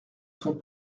sont